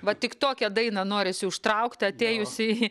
va tik tokią dainą norisi užtraukt atėjus į